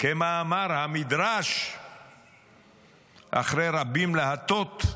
כמאמר המדרש "אחרי רבים להטת",